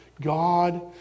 God